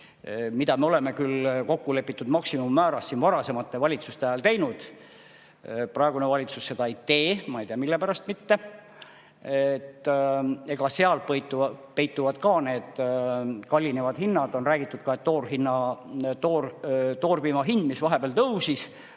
Me oleme küll kokkulepitud maksimummääras siin varasemate valitsuste ajal [toetanud], aga praegune valitsus seda ei tee – ma ei tea, mille pärast. Seal peituvad ka need kallinevad hinnad. On räägitud, et toorpiima hind, mis vahepeal tõusis,